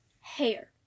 hair